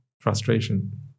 Frustration